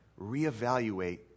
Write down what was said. reevaluate